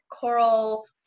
coral